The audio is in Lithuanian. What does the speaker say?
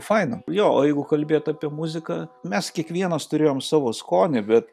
faina jo jeigu kalbėt apie muziką mes kiekvienas turėjom savo skonį bet